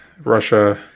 Russia